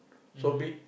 so big